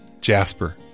Jasper